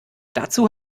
dazu